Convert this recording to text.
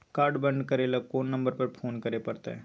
Card बन्द करे ल कोन नंबर पर फोन करे परतै?